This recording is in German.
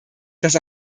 dass